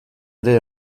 ere